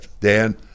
Dan